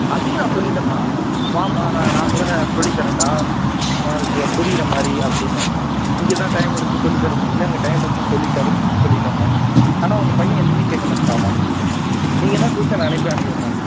அதையும் நான் சொல்லிட்டேம்மா அதான்மா நான் நான் கூட சொல்லி தர்றேன்டா புரிகிற மாதிரி அப்படினு இங்கே தான் டைம் எடுத்து சொல்லி தர முடியல அங்கே டைம் எடுத்து சொல்லி தர்றேன்னு சொல்லிட்டேம்மா ஆனால் உங்கள் பையன் எதுவுமே கேட்க மாட்றான்ம்மா நீங்கள் வேணா டியூஷன் அனுப்பி